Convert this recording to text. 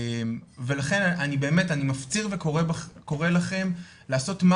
ולכן אני באמת מפציר וקורא לכם לעשות מה